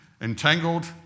Entangled